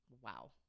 Wow